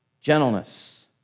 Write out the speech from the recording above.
gentleness